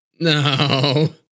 No